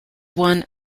one